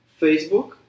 Facebook